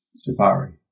Safari